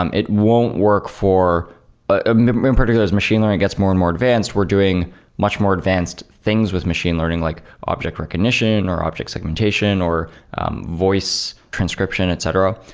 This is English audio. um it won't work for ah in particular, as machine learning gets more and more advanced, we're doing much more advanced things with machine learning, like object recognition, or object segmentation, or voice transcription, etc.